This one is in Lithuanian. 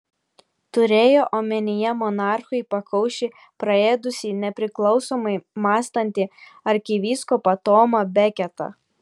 turėjo omenyje monarchui pakaušį praėdusį nepriklausomai mąstantį arkivyskupą tomą beketą